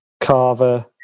Carver